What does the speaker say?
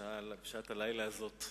בשעת הלילה הזאת,